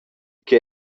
ch’ei